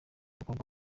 gukorwa